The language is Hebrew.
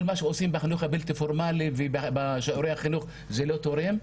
כל מה שעושים בחינוך הבלתי פורמאלי ובשיעורי החינוך זה לא תורם?